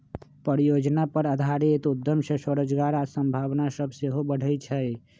परिजोजना आधारित उद्यम से रोजगार के संभावना सभ सेहो बढ़इ छइ